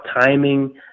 timing